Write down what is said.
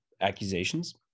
accusations